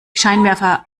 scheinwerfer